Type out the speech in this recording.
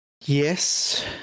Yes